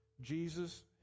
Jesus